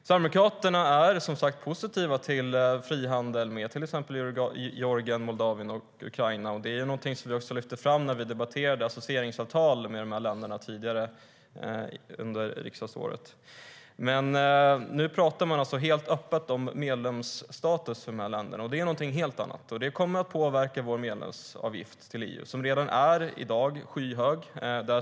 Sverigedemokraterna är som sagt positiva till frihandel med till exempel Georgien, Moldavien och Ukraina, och det är något som vi också lyfte fram när vi debatterade associeringsavtal med dessa länder tidigare under riksdagsåret. Men nu pratar man helt öppet om medlemsstatus för de här länderna, och det är något helt annat. Det kommer att påverka vår medlemsavgift till EU, som redan i dag är skyhög.